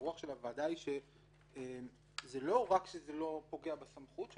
שהרוח של הוועדה שלא רק שזה לא פוגע בסמכות שלהם,